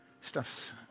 stuff's